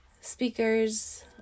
speakers